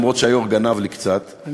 אפילו שהיושב-ראש גנב לי קצת,